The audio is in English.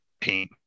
pain